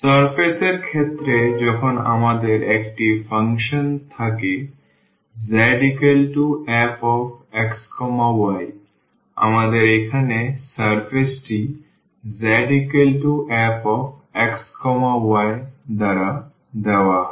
surface এর ক্ষেত্রে যখন আমাদের একটি ফাংশন থাকে z fx y আমাদের এখানে সারফেসটি z fx y দ্বারা দেওয়া হয়